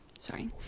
Sorry